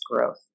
growth